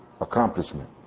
accomplishment